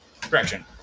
Correction